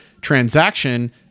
transaction